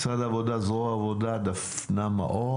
דפנה מאור,